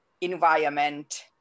environment